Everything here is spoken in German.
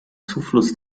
zufluss